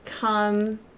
come